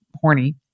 horny